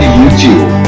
YouTube